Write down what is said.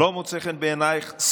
לא מוצא חן בעינייך?